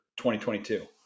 2022